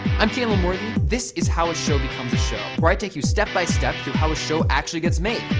i'm calum worthy. this is how a show becomes a show, where i take you step by step through how a show actually gets made.